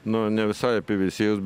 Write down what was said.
nu ne visai apie veisiejus